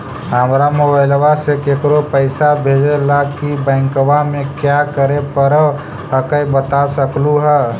हमरा मोबाइलवा से केकरो पैसा भेजे ला की बैंकवा में क्या करे परो हकाई बता सकलुहा?